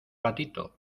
patito